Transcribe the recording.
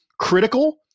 critical